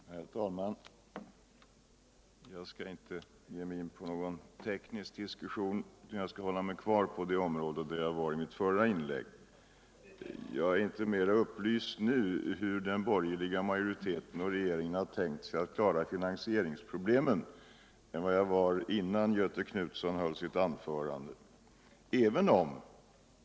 Herr talman! Jag skall inte ge mig in på någon teknisk diskussion utan hålla mig kvar på det område där jag var i mitt förra inlägg. Jag är inte mera upplyst nu om hur den borgerliga majoriteten och regeringen har tänkt sig att klara - finansieringsproblemen än jag var innan Göthe Knutson höll sitt anförande.